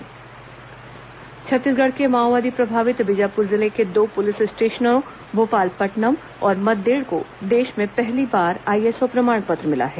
Bijapur ISO प्रमाण पत्र छत्तीसगढ़ के माओवादी प्रभावित बीजापुर जिले के दो पुलिस स्टेशनों भोपालपट्टनम और मद्देड़ को देश में पहली बार आईएसओ प्रमाण पत्र मिला है